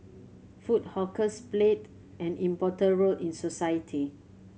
food hawkers played an important role in society